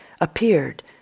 appeared